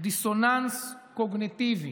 "דיסוננס קוגניטיבי"